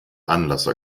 anlasser